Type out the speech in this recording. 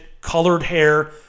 colored-hair